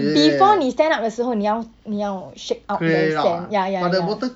before 你 stand up 的时候你要你要 shake out the sand ya ya ya